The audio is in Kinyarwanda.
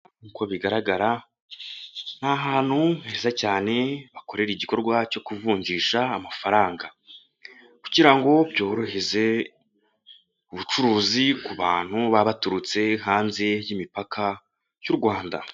Nk'uko bigaragara ni ahantu heza cyane bakorera igikorwa cyo kuvunjisha amafaranga, kugira ngo byorohereze ubucuruzi ku bantu baba baturutse hanze y'imipaka y'u Rwanda.